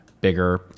bigger